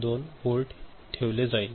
2 volt ठेवले जाईल